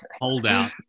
holdout